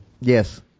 Yes